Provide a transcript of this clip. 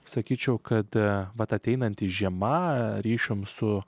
sakyčiau kad vat ateinanti žiema ryšium su